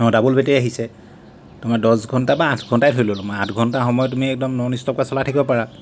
অঁ double battery আহিছে অঁ দহ ঘণ্টা বা আঠ ঘণ্টাই ধৰিলোঁ মই আঠ ঘণ্টা সময় তুমি একদম নন ষ্টপকৈ চলাই থাকিব পাৰা